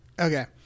Okay